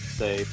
say